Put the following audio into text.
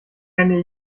kenne